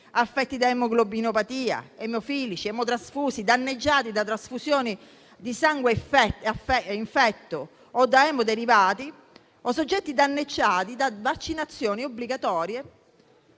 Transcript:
affetti da emoglobinopatia, emofilici, emotrasfusi, danneggiati da trasfusioni di sangue infetto o da emoderivati, o soggetti danneggiati da vaccinazioni obbligatorie.